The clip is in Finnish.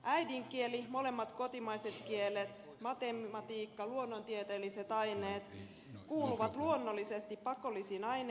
äidinkieli molemmat kotimaiset kielet matematiikka ja luonnontieteelliset aineet kuuluvat luonnollisesti pakollisiin aineisiin